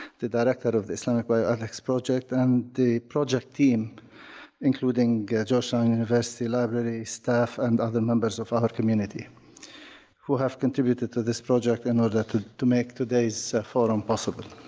the director of the islamic bioethics project and the project team including georgetown university library staff and other members of our community who have contributed to this project in order to to make today's forum possible.